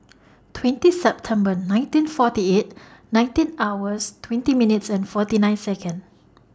twenty September nineteen forty eight nineteen hours twenty minutes and forty nine Seconds